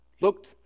looked